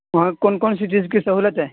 وہاں کون کون سی چیز کی سہولت ہے